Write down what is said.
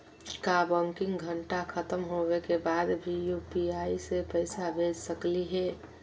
का बैंकिंग घंटा खत्म होवे के बाद भी यू.पी.आई से पैसा भेज सकली हे?